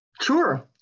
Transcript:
Sure